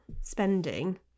spending